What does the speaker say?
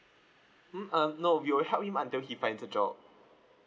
mm um no we will help him until he finds a job